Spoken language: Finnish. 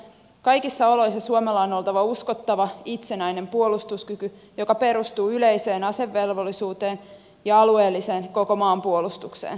kaikissa oloissa suomella on oltava uskottava itsenäinen puolustuskyky joka perustuu yleiseen asevelvollisuuteen ja alueelliseen koko maan puolustukseen